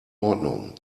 ordnung